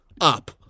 up